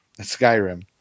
Skyrim